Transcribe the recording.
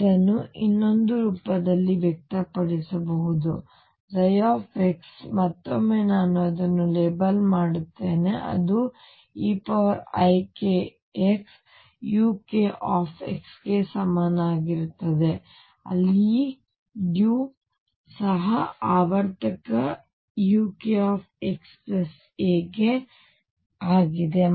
ಇದನ್ನು ಇನ್ನೊಂದು ರೂಪದಲ್ಲಿ ವ್ಯಕ್ತಪಡಿಸಬಹುದು ψ ಮತ್ತೊಮ್ಮೆ ನಾನು ಅದನ್ನು ಲೇಬಲ್ ಮಾಡುತ್ತೇನೆ ಅದು eikxuk ಗೆ ಸಮಾನವಾಗಿರುತ್ತದೆ ಅಲ್ಲಿ u ಸಹ ಆವರ್ತಕ uk xa ಆಗಿದೆ